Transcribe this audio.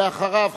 ואחריו,